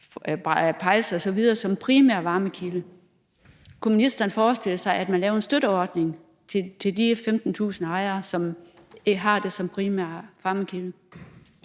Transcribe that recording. pejse osv. som primær varmekilde. Kunne ministeren forestille sig, at man lavede en støtteordning til de 15.000 ejere, som har det som primær varmekilde?